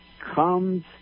comes